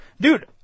Dude